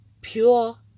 pure